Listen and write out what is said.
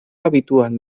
habitual